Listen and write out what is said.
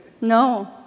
No